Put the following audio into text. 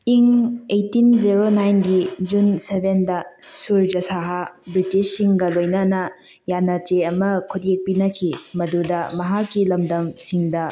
ꯏꯪ eighteen zero ꯅꯥꯏꯟꯒꯤ June ꯁꯕꯦꯟꯗ ꯁꯨꯔꯖꯁꯍꯥ ꯕ꯭ꯔꯤꯇꯤꯁꯁꯨꯡꯒ ꯂꯣꯏꯅꯅ ꯌꯥꯅꯆꯦ ꯑꯃ ꯈꯨꯠꯌꯦꯛ ꯄꯤꯅꯈꯤ ꯃꯗꯨꯗ ꯃꯍꯥꯛꯀꯤ ꯂꯝꯗꯝꯁꯤꯡꯗ